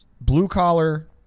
blue-collar